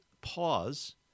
pause